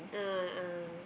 a'ah